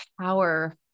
power